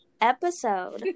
episode